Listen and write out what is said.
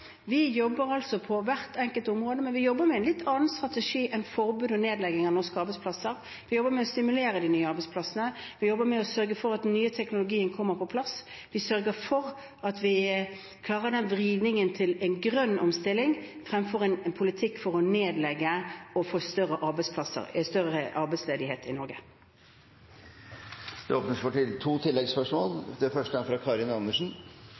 Vi jobber altså på hvert enkelt område, men vi jobber med en litt annen strategi enn forbud og nedlegging av norske arbeidsplasser. Vi jobber med å stimulere de nye arbeidsplassene, vi jobber med å sørge for at den nye teknologien kommer på plass, og vi sørger for at vi klarer den vridningen til en grønn omstilling, fremfor en politikk for å nedlegge og få større arbeidsledighet i Norge. Det åpnes for to oppfølgingsspørsmål – først Karin Andersen. Det er